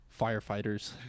Firefighters